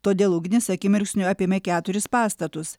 todėl ugnis akimirksniu apėmė keturis pastatus